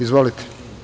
Izvolite.